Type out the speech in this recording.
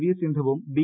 V സിന്ധുവും B